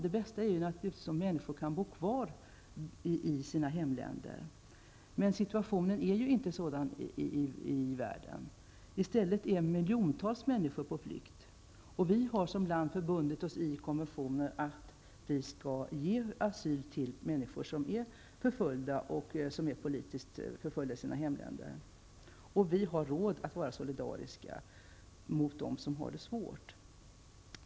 Det bästa är naturligtvis om människor kan bo kvar i sina hemländer. Men situationen är ju inte sådan i världen, utan i stället är miljontals människor på flykt. Vi har som land förbundit oss i konventioner att ge asyl till människor som är politiskt förföljda i sina hemländer. Vi har råd att vara solidariska mot dem som har det svårt.